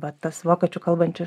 va tas vokiečių kalbančių